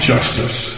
justice